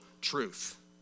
truth